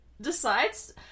decides